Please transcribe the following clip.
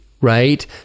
right